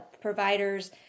providers